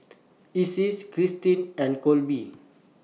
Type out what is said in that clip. Icy's Kirstin and Kolby